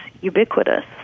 ubiquitous